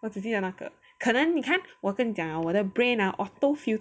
我只记得那个可能你看我跟你讲我的 brain ah auto fil~